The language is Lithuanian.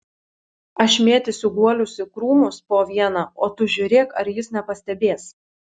aš mėtysiu guolius į krūmus po vieną o tu žiūrėk ar jis nepastebės